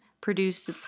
produced